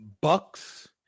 Bucks